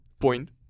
point